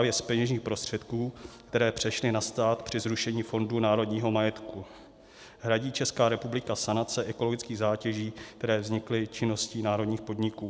Právě z peněžních prostředků, které přešly na stát při zrušení Fondu národního majetku, hradí Česká republika sanace ekologických zátěží, které vznikly činností národních podniků.